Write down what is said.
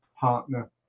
partner